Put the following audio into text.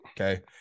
okay